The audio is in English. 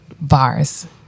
Bars